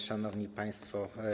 Szanowni Państwo!